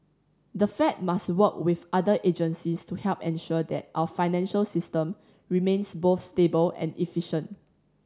the Fed must work with other agencies to help ensure that our financial system remains both stable and efficient